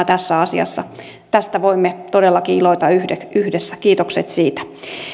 tässä asiassa tästä voimme todellakin iloita yhdessä yhdessä kiitokset siitä